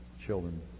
children